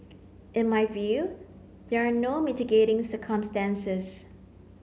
in my view there are no mitigating circumstances